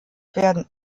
werden